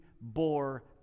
bore